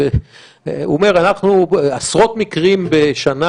הוא אומר: אנחנו מטפלים בעשרות מקרים בשנה,